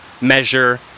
measure